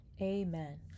Amen